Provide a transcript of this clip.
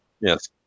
Yes